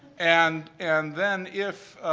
and and then if,